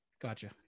Gotcha